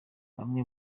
bamwe